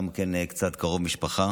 גם כן קצת קרוב משפחה,